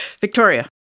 Victoria